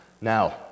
Now